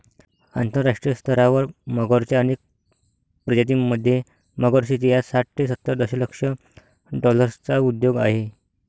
आंतरराष्ट्रीय स्तरावर मगरच्या अनेक प्रजातीं मध्ये, मगर शेती हा साठ ते सत्तर दशलक्ष डॉलर्सचा उद्योग आहे